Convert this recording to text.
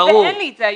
היום אין לי את זה.